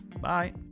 bye